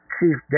Chief